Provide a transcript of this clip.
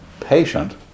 patient